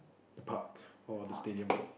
the park or the stadium